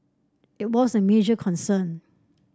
it was a major concern